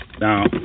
Now